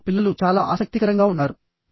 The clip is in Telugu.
ఇప్పుడు పిల్లలు చాలా ఆసక్తికరంగా ఉన్నారు